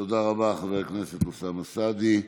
תודה רבה, חבר הכנסת אוסאמה סעדי.